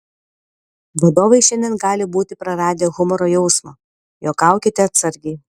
vadovai šiandien gali būti praradę humoro jausmą juokaukite atsargiai